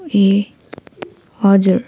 ए हजुर